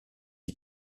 die